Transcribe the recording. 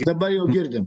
dabar jau girdim